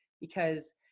because-